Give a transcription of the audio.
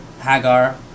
Hagar